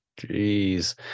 Jeez